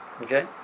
Okay